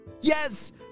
Yes